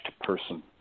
person